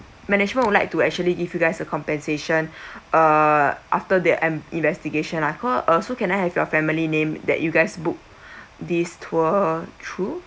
management would like to actually give you guys a compensation uh after they am~ investigation I call uh so can I have your family name that you guys book these tour through